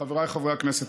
חבריי חברי הכנסת,